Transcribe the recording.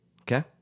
Okay